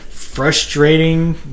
frustrating